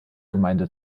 gemeinde